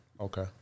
okay